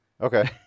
Okay